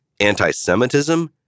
Anti-Semitism